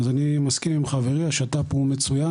אז אני מסכים עם חברי שזהו שת"פ מצוין.